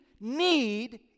need